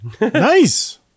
Nice